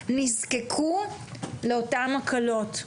נזקקו לאותן הקלות.